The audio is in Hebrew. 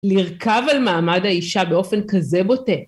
לרכב על מעמד האישה באופן כזה בוטה.